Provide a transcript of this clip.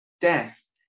death